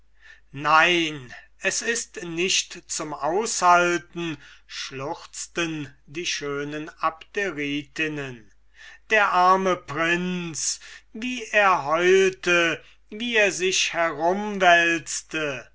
nein es ist nicht zum aushalten schluchzten die schönen abderitinnen der arme prinz wie er heulte wie er sich